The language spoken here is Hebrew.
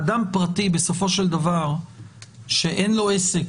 אדם פרטי בסופו של דבר שאין לו עסק